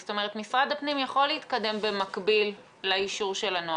זאת אומרת משרד הפנים יכול להתקדם במקביל לאישור של הנוהל,